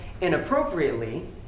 inappropriately